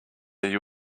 you